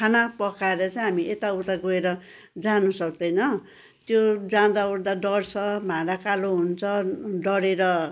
खाना पकाएर चाहिँ हामी यताउता गएर जानु सक्दैन त्यो जाँदाओर्दा डढ्छ भाँडा कालो हुन्छ डढेर